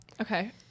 okay